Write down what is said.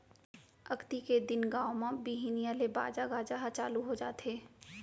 अक्ती के दिन गाँव म बिहनिया ले बाजा गाजा ह चालू हो जाथे